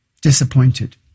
Disappointed